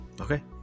Okay